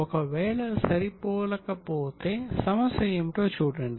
ఒకవేళ సరిపోలకపోతే సమస్య ఏమిటో చూడండి